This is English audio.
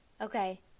Okay